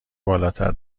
بالاتر